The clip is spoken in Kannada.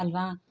ಅಲ್ವ